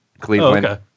Cleveland